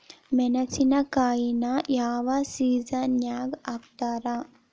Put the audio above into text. ಮೆಣಸಿನಕಾಯಿನ ಯಾವ ಸೇಸನ್ ನಾಗ್ ಹಾಕ್ತಾರ?